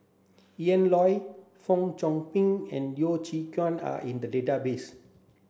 Ian Loy Fong Chong Pik and Yeo Chee Kiong are in the database